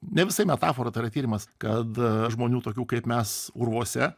ne visai metafora tai yra tyrimas kad žmonių tokių kaip mes urvuose